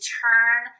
turn